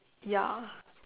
ya